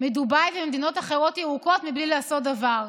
מדובאי וממדינות ירוקות אחרות מבלי לעשות דבר.